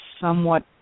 somewhat